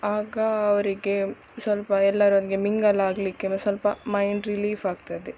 ಆಗ ಅವರಿಗೆ ಸ್ವಲ್ಪ ಎಲ್ಲರೊಂದಿಗೆ ಮಿಂಗಲ್ ಆಗಲಿಕ್ಕೆ ಮತ್ತು ಸ್ವಲ್ಪ ಮೈಂಡ್ ರಿಲೀಫ್ ಆಗ್ತದೆ